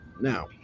Now